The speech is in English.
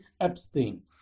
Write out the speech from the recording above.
Epstein